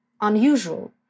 unusual